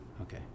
Okay